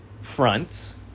fronts